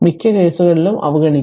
മിക്ക കേസുകളിലും അവഗണിക്കാം